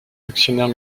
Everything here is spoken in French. actionnaire